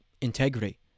integrity